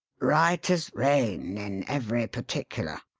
right as rain in every particular.